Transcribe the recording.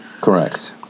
Correct